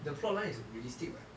the plot line is realistic [what]